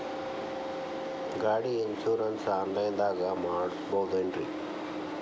ಗಾಡಿ insurance online ದಾಗ ಮಾಡಸ್ಬಹುದೆನ್ರಿ?